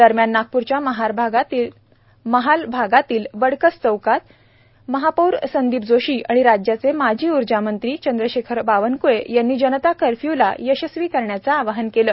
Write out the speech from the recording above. दरम्यान नागप्रच्या महाल भागातील बडकस चौकत महापौर संदीप जोशी आणि राज्याचे माजी ऊर्जा मंत्री चंद्रशेखर बावणक्ले यांनी जनता कर्फ्यूला यशस्वी करण्याचे आवाहन केले